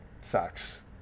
sucks